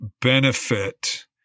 benefit